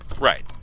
Right